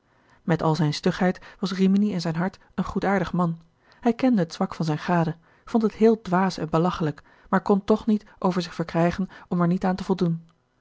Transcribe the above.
met al zijne stugheid was rimini in zijn hart een goedaardig man hij kende het zwak van zijne gade vond het heel dwaas en belachelijk maar kon toch niet over zich gerard keller het testament van mevrouw de tonnette verkrijgen om er niet aan te voldoen